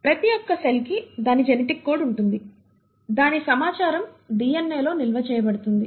ప్రతి ఒక్క సెల్ కి దాని జెనెటిక్ కోడ్ ఉంటుంది దాని సమాచారం DNA లో నిల్వ చేయబడుతుంది